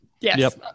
Yes